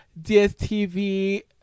DSTV